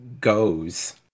goes